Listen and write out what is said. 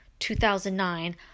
2009